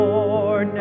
Lord